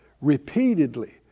repeatedly